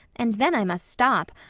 and then i must stop,